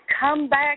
comeback